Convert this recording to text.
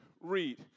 Read